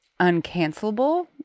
uncancelable